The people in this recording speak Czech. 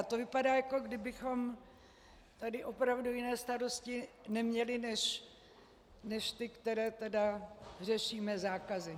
To vypadá, jako kdybychom tady opravdu jiné starosti neměli než ty, které řešíme zákazem.